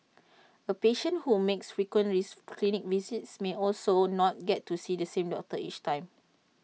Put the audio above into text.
A patient who makes frequent clinic visits may also not get to see the same doctor each time